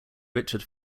richard